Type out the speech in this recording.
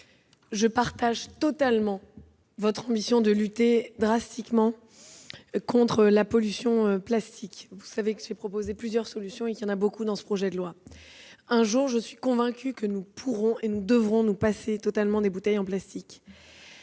Je partage totalement votre ambition de lutter drastiquement contre la pollution plastique. J'ai proposé plusieurs solutions, et ce projet de loi en contient beaucoup. Un jour, je suis convaincue que nous pourrons et devrons nous passer totalement des bouteilles en plastique.